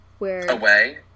Away